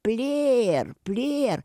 plien plien